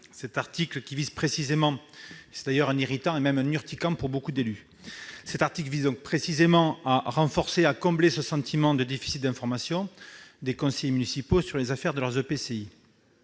les affaires intercommunales. C'est d'ailleurs un irritant, et même un urticant pour beaucoup d'élus. Cet article vise précisément à combler ce sentiment de déficit d'information des conseillers municipaux sur les affaires de leur EPCI.